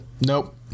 Nope